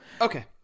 Okay